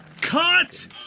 Cut